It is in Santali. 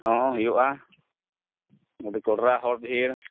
ᱦᱮᱸ ᱦᱩᱭᱩᱜᱼᱟ ᱟᱹᱰᱤ ᱠᱚᱰᱨᱟ ᱦᱚᱲ ᱵᱷᱤᱲ